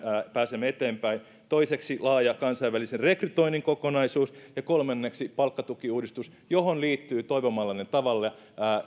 pääsemme eteenpäin toiseksi laaja kansainvälisen rekrytoinnin kokonaisuus ja kolmanneksi palkkatukiuudistus johon liittyy toivomallanne tavalla